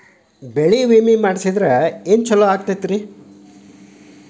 ಬೆಳಿ ವಿಮೆ ಮಾಡಿಸಿದ್ರ ಏನ್ ಛಲೋ ಆಕತ್ರಿ?